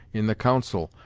in the council,